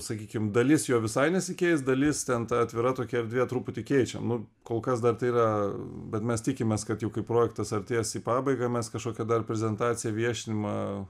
sakykim dalis jo visai nesikeis dalis ten atvira tokia erdvė truputį keičiam nu kol kas dar tai yra bet mes tikimės kad jau kai projektas artės į pabaigą mes kažkokią dar prezentaciją viešinimą